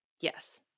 yes